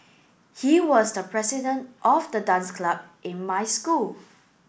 he was the president of the dance club in my school